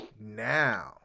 now